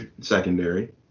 secondary